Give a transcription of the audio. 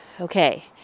okay